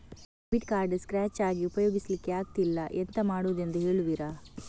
Debit card scratch ಆಗಿ ಉಪಯೋಗಿಸಲ್ಲಿಕ್ಕೆ ಆಗ್ತಿಲ್ಲ, ಎಂತ ಮಾಡುದೆಂದು ಹೇಳುವಿರಾ?